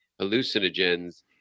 hallucinogens